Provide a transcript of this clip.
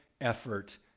effort